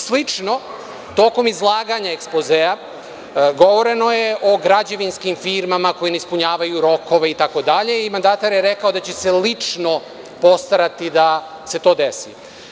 Slično tokom izlaganja ekspozea, govoreno je o građevinskim firmama koje ne ispunjavaju rokove itd, i mandatar je rekao da će se lično postarati da se to desi.